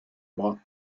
bras